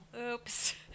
oops